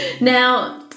now